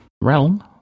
realm